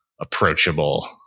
approachable